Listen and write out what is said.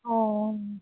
অঁ